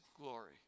glory